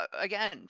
again